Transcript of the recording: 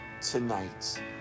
tonight